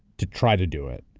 to try to do it.